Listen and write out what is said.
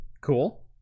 Cool